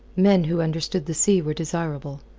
men who understood the sea were desirable.